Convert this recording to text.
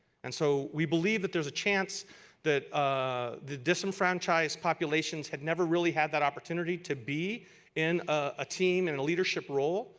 and so we believe there is a chance that ah the disenfranchised populations had never really had that opportunity to be in a team and leadership role.